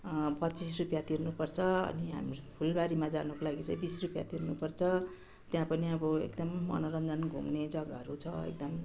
पच्चिस रुपियाँ तिर्नुपर्छ अनि हामीहरू फुलबारीमा जानुको लागि चाहिँ बिस रुपियाँ तिर्नुपर्छ त्यहाँ पनि अब एकदम मनोरञ्जन घुम्ने जग्गाहरू छ एकदम